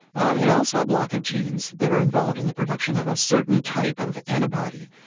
and also a block of genes that are involved in the production of a certain type of antibody.